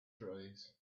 trees